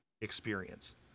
experience